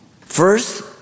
First